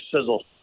sizzle